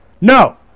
No